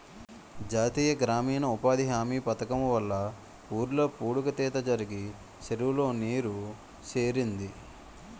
జాతీయ గ్రామీణ ఉపాధి హామీ పధకము వల్ల ఊర్లో పూడిక తీత జరిగి చెరువులో నీరు సేరింది